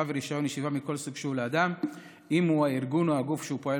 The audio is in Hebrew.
ורישיון ישיבה מכל סוג שהוא לאדם אם הוא או הארגון או הגוף שהוא פועל